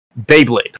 Beyblade